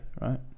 right